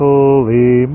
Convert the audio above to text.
Holy